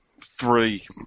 three